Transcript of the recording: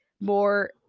more